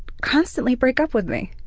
constantly break up with me.